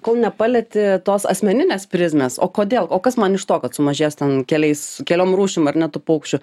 kol nepalieti tos asmeninės prizmės o kodėl o kas man iš to kad sumažės ten keliais keliom rūšim ar ne tų paukščių